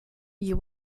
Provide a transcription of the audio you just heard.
you